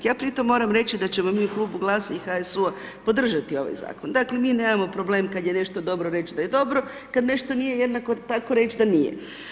Ja pri tom moram reći da ćemo mi u Klubu GLAS-a i HSU-a podržati ovaj zakon, dakle mi nemamo problem kad je nešto dobro reć da je dobro, kad nešto nije jednako tako reć d nije.